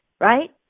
right